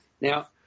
Now